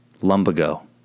Lumbago